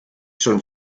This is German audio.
schon